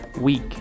week